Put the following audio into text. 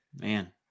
Man